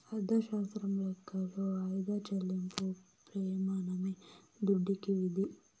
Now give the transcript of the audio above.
అర్ధశాస్త్రం లెక్కలో వాయిదా చెల్లింపు ప్రెమానమే దుడ్డుకి విధి